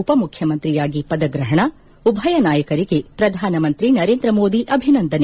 ಉಪಮುಖ್ಯಮಂತ್ರಿಯಾಗಿ ಪದಗ್ರಹಣ ಉಭಯ ನಾಯಕರಿಗೆ ಪ್ರಧಾನಮಂತ್ರಿ ನರೇಂದ್ರಮೋದಿ ಅಭಿನಂದನೆ